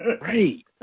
Right